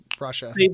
Russia